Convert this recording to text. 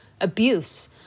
abuse